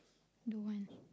don't want